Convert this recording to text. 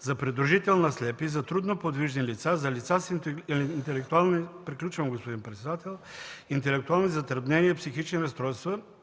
за придружител на слепи, за трудно подвижни лица, за лица с интелектуални затруднения, психични разстройства